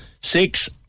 Six